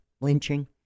lynching